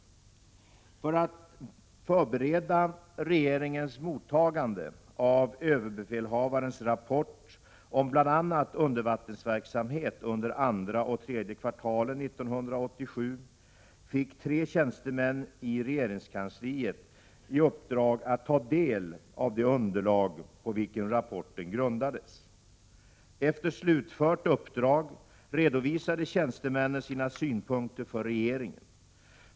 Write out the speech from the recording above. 4 februari 1988 För att förbereda regeringens mottagande av överbefälhavarens rapport om bl.a. undervattensverksamhet under andra och tredje kvartalen 1987 fick tre tjänstemän i regeringskansliet i uppdrag att ta del av det underlag på vilket rapporten grundades. Efter slutfört uppdrag redovisade tjänstmännen sina synpunkter för regeringen.